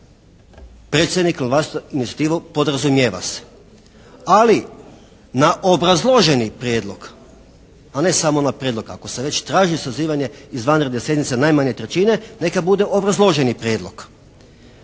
Predsjednik na vlastitu inicijativu podrazumijeva se, ali na obrazloženi prijedlog a ne samo na prijedlog. Ako se već traži sazivanje izvanredne sjednice najmanje trećine neka bude obrazloženi prijedlog.